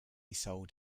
sold